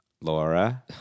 Laura